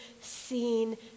seen